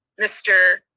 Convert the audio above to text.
Mr